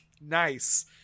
Nice